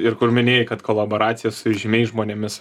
ir kur minėjai kad kolaboracijos su žymiais žmonėmis